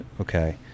Okay